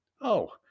Oh